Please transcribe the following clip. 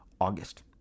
August